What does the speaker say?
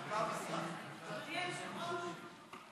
אדוני היושב-ראש,